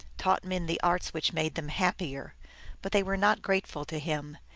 taught men the arts which made them happier but they were not grateful to him,